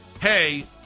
hey